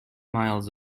miles